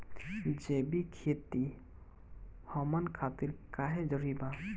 जैविक खेती हमन खातिर काहे जरूरी बा?